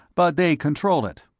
but they control it.